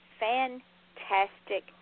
fantastic